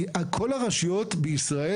כל הרשויות בישראל,